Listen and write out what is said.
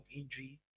injury